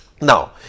now